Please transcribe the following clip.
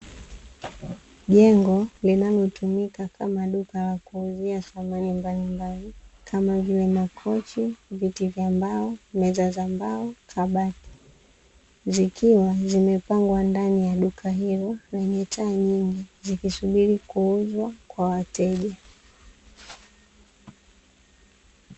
Jengo linalotumika kama duka la kuuzia samani mbalimbali, kama vile: makochi, viti vya mbao, meza za mbao, kabati. Zikiwa zimepangwa ndani ya duka hilo lenye taa nyingi, zikisubiri kuuzwa kwa wateja.